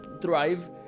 thrive